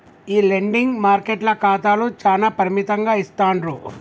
ఈ లెండింగ్ మార్కెట్ల ఖాతాలు చానా పరిమితంగా ఇస్తాండ్రు